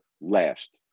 last